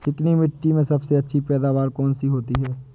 चिकनी मिट्टी में सबसे अच्छी पैदावार कौन सी होती हैं?